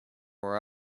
were